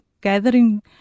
gathering